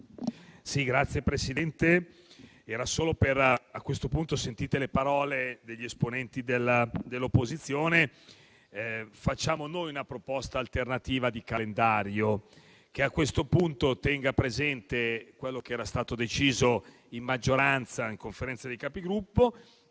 Signor Presidente, a questo punto, sentite le parole degli esponenti dell'opposizione, facciamo noi una proposta alternativa di calendario, che tenga presente quello che era stato deciso a maggioranza in Conferenza dei Capigruppo.